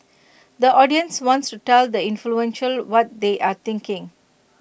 the audience wants to tell the influential what they are thinking